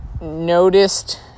noticed